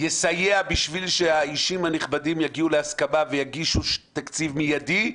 יסייע בשביל שהאישים הנכבדים יגיעו להסכמה ויגישו תקציב מיידי,